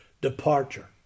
departure